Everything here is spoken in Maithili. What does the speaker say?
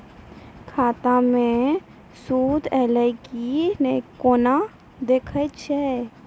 खाता मे सूद एलय की ने कोना देखय छै?